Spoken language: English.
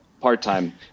part-time